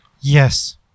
yes